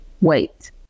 Wait